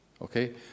okay